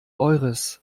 eures